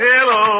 Hello